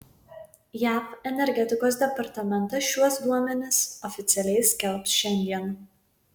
jav energetikos departamentas šiuos duomenis oficialiai skelbs šiandien